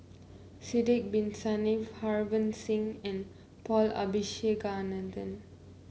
Sidek Bin Saniff Harbans Singh and Paul Abisheganaden